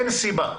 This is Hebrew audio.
אין סיבה.